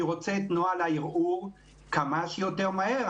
אני רוצה את נוהל הערעור כמה שיותר מהר.